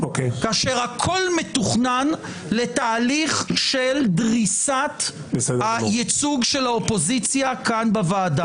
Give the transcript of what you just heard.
כאשר הכול מתוכנן לתהליך של דריסת הייצוג של האופוזיציה כאן בוועדה.